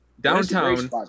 downtown